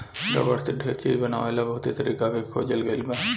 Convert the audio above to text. rubber से ढेर चीज बनावे ला बहुते तरीका के खोजल गईल बा